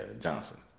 Johnson